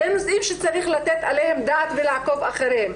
אלה נושאים שצריך לתת עליהם דעת ולעקוב אחריהם.